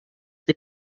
they